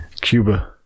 Cuba